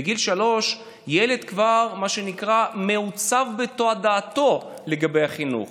בגיל שלוש הילד כבר מעוצב בתודעתו לגבי החינוך,